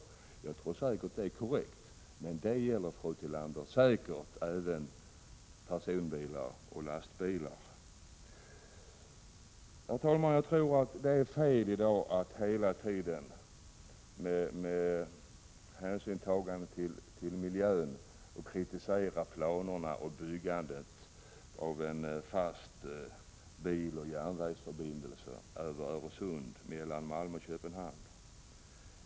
Det är säkert korrekt, men det gäller, fru Tillander, även personbilar och lastbilar. Herr talman! Jag tror att det är fel att i dag hela tiden med hänsyn till miljön kritisera planerna på att bygga en fast biloch järnvägsförbindelse över Öresund mellan Malmö och Köpenhamn.